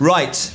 Right